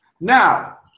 now